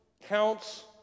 counts